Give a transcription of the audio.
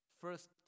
First